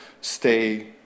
stay